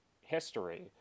history